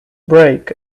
break